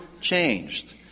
changed